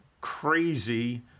crazy